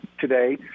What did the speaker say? today